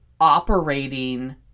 operating